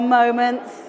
moments